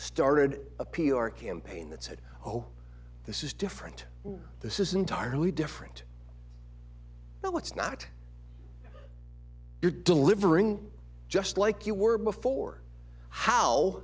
started a p r campaign that said oh this is different this is entirely different but what's not you're delivering just like you were before